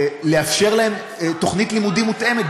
ולאפשר להם תוכנית לימודים מותאמת.